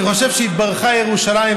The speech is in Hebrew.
אני חושב שהתברכה ירושלים,